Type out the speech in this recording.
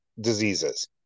diseases